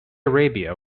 arabia